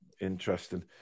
Interesting